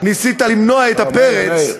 ניסית למנוע את הפרץ,